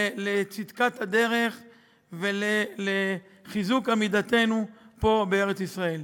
לצדקת הדרך ולחיזוק עמידתנו פה בארץ-ישראל.